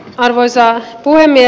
arvoisa puhemies